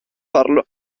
farlo